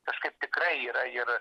kažkaip tikrai yra ir